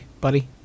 buddy